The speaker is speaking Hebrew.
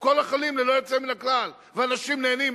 ללא יוצא מן הכלל, ואנשים נהנים.